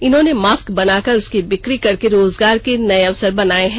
इन्होंने मास्क बनाकर उसकी बिक्री करके रोजगार के नये अवसर बनाये हैं